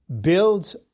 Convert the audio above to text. builds